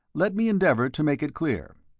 let me endeavour to make it clear.